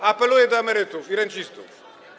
Apeluję do emerytów i rencistów.